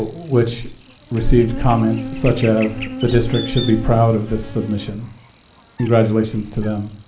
which received comments, such as the district should be proud of this submission congratulations to them.